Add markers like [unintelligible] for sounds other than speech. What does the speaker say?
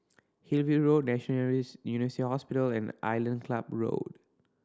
Hillview Road [unintelligible] University Hospital and Island Club Road